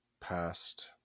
past